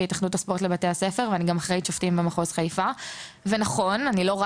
בהתאחדות הספורט של בתי הספר ואני גם אחראית שופטים במחוז חיפה.